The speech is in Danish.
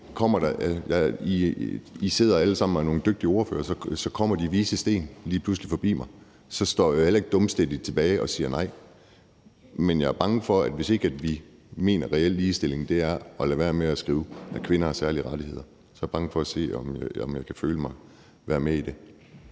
her, er alle sammen nogle dygtige ordførere, og kommer de vises sten lige pludselig forbi mig, så står jeg jo heller ikke dumstædigt tilbage og siger nej. Men hvis vi ikke mener, at reel ligestilling er at lade være med at skrive, at kvinder har særlige rettigheder, så er jeg bange for, at jeg ikke kan være med i det.